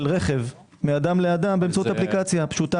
רכב מאדם לאדם באמצעות אפליקציה פשוטה.